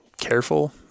careful